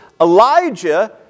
Elijah